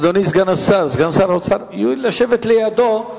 אדוני סגן שר האוצר, יואיל לשבת לידו.